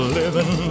living